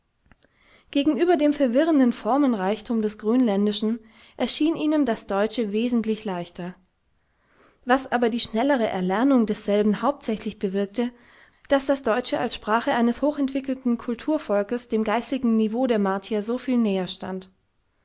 gegenüber dem verwirrenden formenreichtum des grönländischen erschien ihnen das deutsche wesentlich leichter was aber die schnellere erlernung desselben hauptsächlich bewirkte war der umstand daß das deutsche als sprache eines hochentwickelten kulturvolkes dem geistigen niveau der martier soviel näherstand